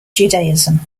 judaism